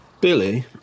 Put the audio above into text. Billy